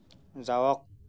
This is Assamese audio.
যাওক